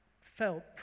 felt